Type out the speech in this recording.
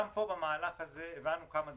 גם במהלך הזה הבנו כמה דברים.